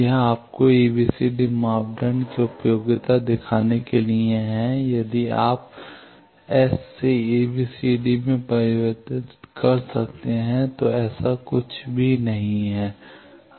यह आपको एबीसीडी मापदंड की उपयोगिता दिखाने के लिए है यदि आप एस से एबीसीडी में परिवर्तित कर सकते हैं तो ऐसा कुछ भी नहीं है